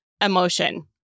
emotion